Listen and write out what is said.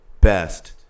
best